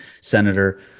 senator